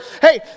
Hey